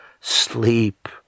Sleep